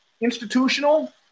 institutional